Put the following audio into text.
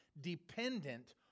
dependent